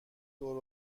دور